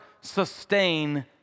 sustain